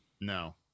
No